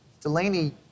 Delaney